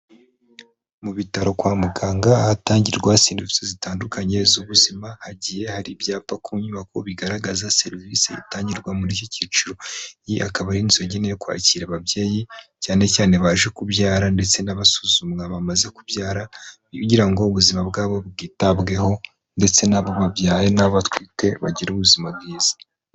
Mu bitaro kwa muganga hatangirwa serivise zitandukanye z'ubuzima. Hagiye hari ibyapa ku nyubako bigaragaza serivisi itangirwa muri iki cyiciro, iyi akaba ari inzu yagenewe kwakira ababyeyi cyane cyane baje kubyara ndetse n'abasuzumwa bamaze kubyara, iba igira ngo ubuzima bwabo bwitabweho ndetse n'abo babyaye n'abobatwite bagire ubuzima bwiza.